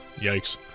Yikes